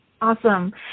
Awesome